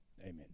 amen